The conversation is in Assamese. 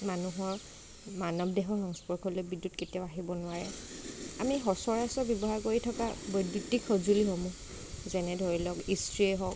মানুহৰ মানৱ দেহৰ সংস্পৰ্শলৈ বিদ্যুৎ কেতিয়াও আহিব নোৱাৰে আমি সচৰাচৰ ব্যৱহাৰ কৰি থকা বৈদ্যুতিক সঁজুলিসমূহ যেনে ধৰি লওক ইষ্ট্ৰিয়ে হওক